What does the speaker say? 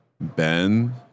Ben